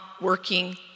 working